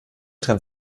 trennt